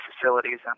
facilities